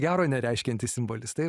gero nereiškiantis simbolis tai